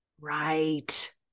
right